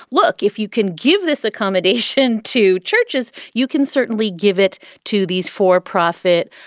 look, if you can give this accommodation to churches, you can certainly give it to these for profit